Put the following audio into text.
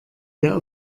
der